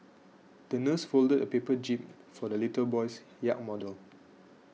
the nurse folded a paper jib for the little boy's yacht model